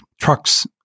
trucks